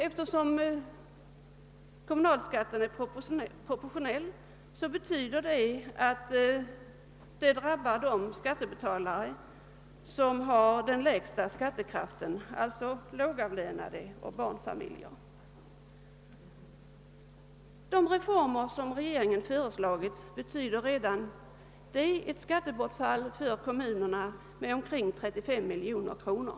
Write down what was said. Eftersom kommunalskatten är proportionell drabbar detta de skattebetalare som har den lägsta skattekraften, alltså lågavlönade och barnfamiljer. Redan de reformer som regeringen föreslagit betyder ett skattebortfall för kommunerna av omkring 35 miljoner kronor.